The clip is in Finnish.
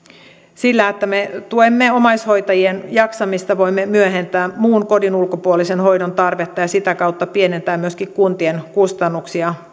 sillä että me tuemme omaishoitajien jaksamista voimme myöhentää muun kodin ulkopuolisen hoidon tarvetta ja sitä kautta pienentää myöskin kuntien kustannuksia